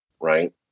Right